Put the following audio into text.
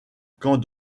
camp